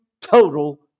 total